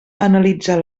analitzar